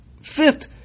fit